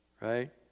Right